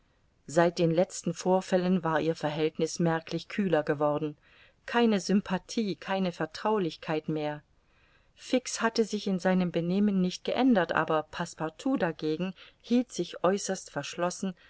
seit den letzten vorfällen war ihr verhältniß merklich kühler geworden keine sympathie keine vertraulichkeit mehr fix hatte sich in seinem benehmen nicht geändert aber passepartout dagegen hielt sich äußerst verschlossen